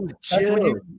chill